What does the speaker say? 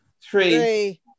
three